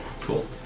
Cool